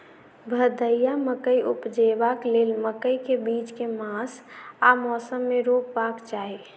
भदैया मकई उपजेबाक लेल मकई केँ बीज केँ मास आ मौसम मे रोपबाक चाहि?